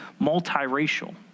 multiracial